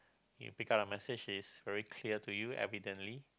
you pick up the message is very clear to you evidently